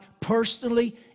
personally